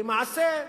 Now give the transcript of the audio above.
למעשה,